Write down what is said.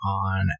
on